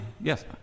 yes